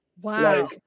Wow